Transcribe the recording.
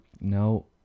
no